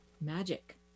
magic